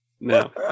No